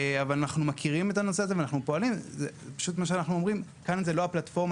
מה שאנחנו אומרים הוא שכאן זו לא הפלטפורמה